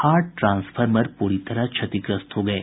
आठ ट्रांसफॉर्मर पूरी तरह क्षतिग्रस्त हो गये